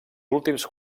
últims